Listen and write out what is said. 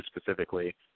specifically